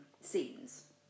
scenes